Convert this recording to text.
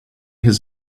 his